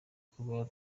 kuba